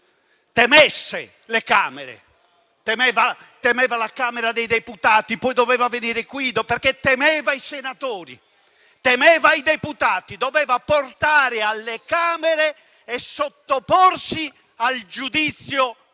temesse le Camere. Temeva la Camera dei deputati, poi doveva venire anche qui. Temeva i senatori, temeva i deputati. Doveva venire alle Camere e sottoporsi al giudizio